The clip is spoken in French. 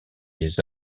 les